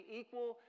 equal